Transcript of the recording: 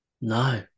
No